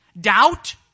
doubt